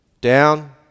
down